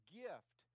gift